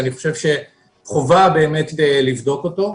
אני חושב שחובה באמת לבדוק אותו.